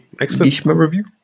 Excellent